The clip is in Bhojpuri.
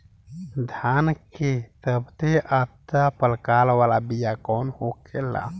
धान के सबसे अच्छा प्रकार वाला बीया कौन होखेला?